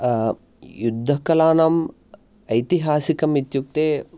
युद्धकलानां ऐतिहासिकम् इत्युक्ते